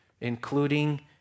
including